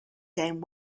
game